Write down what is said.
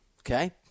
Okay